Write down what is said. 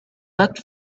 looked